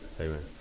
Amen